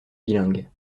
bilingue